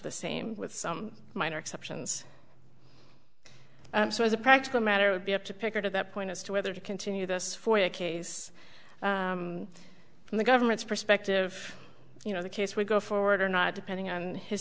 the same with some minor exceptions so as a practical matter it would be up to pick at that point as to whether to continue this for a case from the government's perspective you know the case we go forward or not depending on his